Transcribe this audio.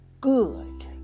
good